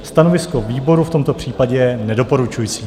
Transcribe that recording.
Stanovisko výboru v tomto případě je nedoporučující.